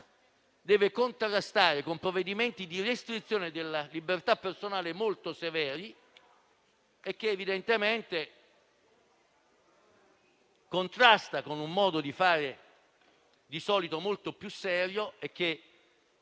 la pandemia con provvedimenti di restrizione della libertà personale molto severi. Ciò evidentemente contrasta con un modo di fare solitamente molto più serio, che